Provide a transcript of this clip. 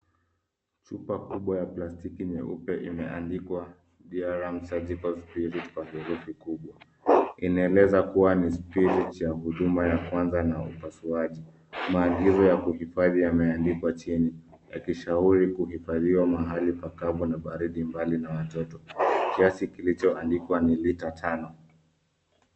Chupa kubwa ya plastiki nyeupe imeandikwa Diarim Surgical Spirit kwa herufi kubwa. Inaeleza kuwa ni spirit ya huduma ya kwanza na upasuaji. Maagizo ya kuhifadhi yameandikwa chini, yakishauri kuhifadhiwa mahali pakavu na baridi mbali na watoto. Kiasi kilichoandikwa ni lita tano.